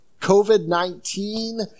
COVID-19